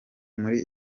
muri